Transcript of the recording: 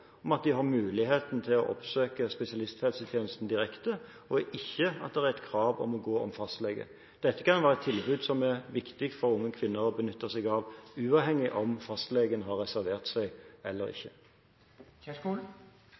om at de har muligheten til å oppsøke spesialisthelsetjenesten direkte, og at det ikke er et krav om å gå om fastlege. Dette kan være et tilbud som er viktig for unge kvinner å benytte seg av uavhengig av om fastlegen har reservert seg eller